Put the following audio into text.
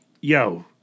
yo